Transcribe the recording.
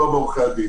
לא בעורכי הדין.